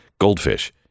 Goldfish